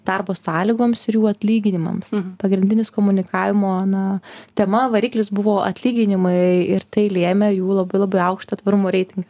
darbo sąlygoms ir jų atlyginimams pagrindinis komunikavimo na tema variklis buvo atlyginimai ir tai lėmė jų labai labai aukštą tvarumo reitingą